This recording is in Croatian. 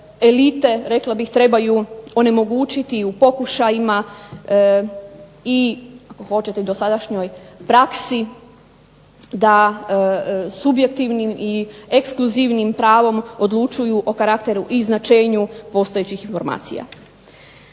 elite rekla bih trebaju onemogućiti i u pokušajima i hoćete i dosadašnjoj praksi da subjektivnim i ekskluzivnim pravom odlučuju o karakteru i značenju postojećih informacija.